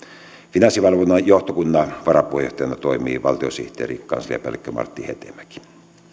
finanssivalvonnan johtokunnan varapuheenjohtajana toimii valtiosihteeri kansliapäällikkö martti hetemäki